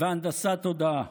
והנדסת תודעה.